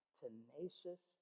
tenacious